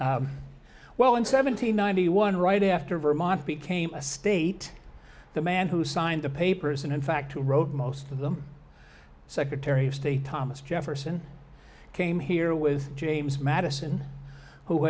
then well in seventy nine to you one right after vermont became a state the man who signed the papers and in fact who wrote most of them secretary of state thomas jefferson came here with james madison who